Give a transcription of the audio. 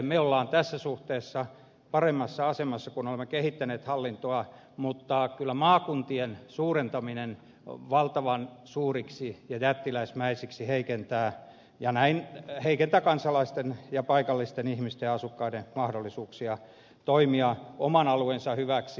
me olemme tässä suhteessa paremmassa asemassa kun olemme kehittäneet hallintoa mutta kyllä maakuntien suurentaminen valtavan suuriksi ja jättiläismäisiksi heikentää kansalaisten ja paikallisten ihmisten ja asukkaiden mahdollisuuksia toimia oman alueensa hyväksi